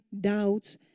doubts